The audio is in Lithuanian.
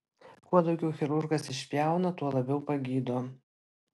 kuo daugiau chirurgas išpjauna tuo labiau pagydo